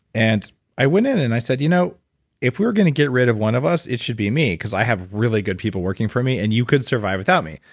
and i went in and i said, you know if we're going to get rid of one of us it should be me because i have really good people working for me and you could survive without me.